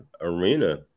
arena